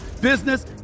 business